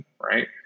right